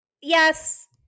Yes